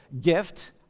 gift